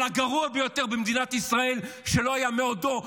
אבל השר הגרוע ביותר במדינת ישראל שלא היה מעודו,